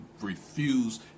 refuse